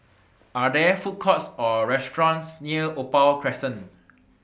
Are There Food Courts Or restaurants near Opal Crescent